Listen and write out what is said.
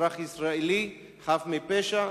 אזרח ישראלי חף מפשע,